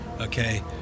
Okay